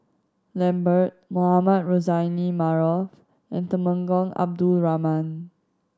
Lambert Mohamed Rozani Maarof and Temenggong Abdul Rahman